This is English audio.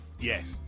Yes